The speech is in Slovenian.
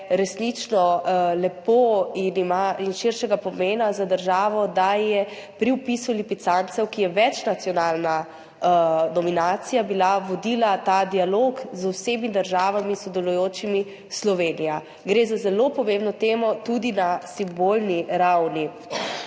resnično lepo in širšega pomena za državo, da je pri vpisu lipicancev, ki je večnacionalna nominacija, vodila ta dialog z vsemi sodelujočimi državami Slovenija. Gre za zelo pomembno temo tudi na simbolni ravni.